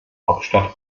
hauptstadt